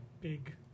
big